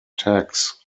tax